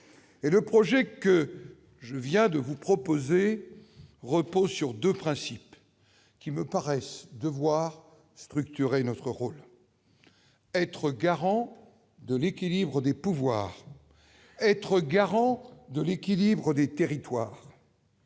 Le projet que je vous ai proposé repose sur deux principes qui me paraissent devoir structurer notre rôle : être garants de l'équilibre des pouvoirs, être garants de l'équilibre des territoires.